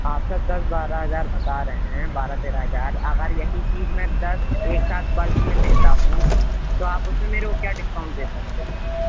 آپ سر دس بارہ ہزار بتا رہے ہیں بارہ تیرہ ہزار اگر یہی چیز میں دس ایک ساتھ بلک میں لیتا ہوں تو آپ اُس میں میرے کو کیا دسکاؤنٹ دے سکتے ہیں